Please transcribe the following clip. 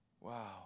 wow